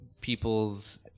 people's